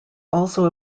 also